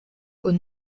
aux